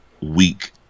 week